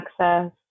access